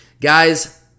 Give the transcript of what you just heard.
Guys